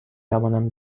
توانم